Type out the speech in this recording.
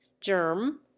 germ